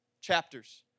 chapters